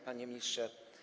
Panie Ministrze!